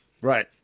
right